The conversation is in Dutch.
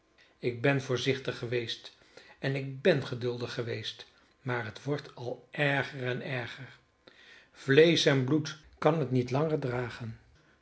ik ben voorzichtig geweest en ik ben geduldig geweest maar het wordt al erger en erger vleesch en bloed kan het niet langer dragen